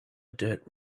dirt